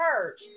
church